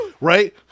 right